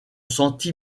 sentit